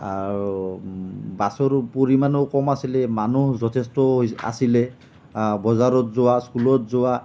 আৰু বাছৰো পৰিমাণো কম আছিলে মানুহ যথেষ্ট আছিলে বজাৰত যোৱা স্কুলত যোৱা